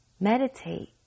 meditate